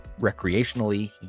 recreationally